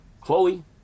Chloe